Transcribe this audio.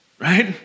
right